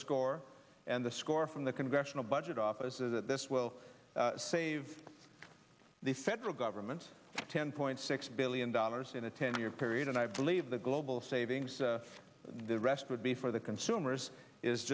score and the score from the congressional budget office is that this will save the federal government's ten point six billion dollars in a ten year period and i believe the global savings the rest would be for the consumers is